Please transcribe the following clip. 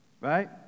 Right